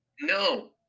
No